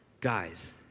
guys